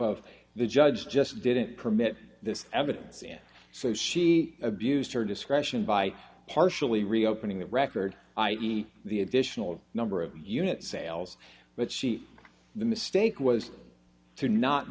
of the judge just didn't permit this evidence and so she abused her discretion by partially reopening that record i e the additional number of unit sales but she the mistake was to not